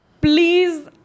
Please